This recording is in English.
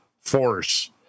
force